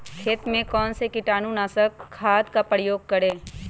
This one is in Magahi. खेत में कौन से कीटाणु नाशक खाद का प्रयोग करें?